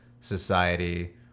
society